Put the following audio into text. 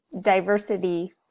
diversity